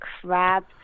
crap